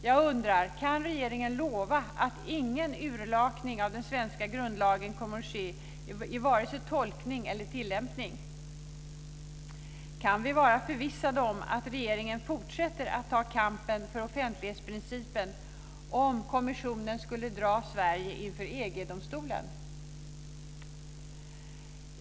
Jag undrar: Kan regeringen lova att ingen urlakning av den svenska grundlagen kommer att ske i vare sig tolkning eller tillämpning? Kan vi vara förvissade om att regeringen fortsätter att ta kampen för offentlighetsprincipen om kommissionen skulle dra Sverige inför EG domstolen?